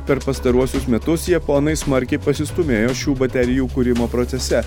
per pastaruosius metus japonai smarkiai pasistūmėjo šių baterijų kūrimo procese